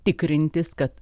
tikrintis kad